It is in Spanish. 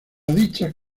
dichas